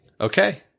Okay